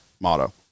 motto